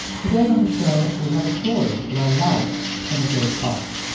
today on the show, we have a story where life imitates art.